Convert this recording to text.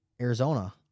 Arizona